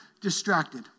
distracted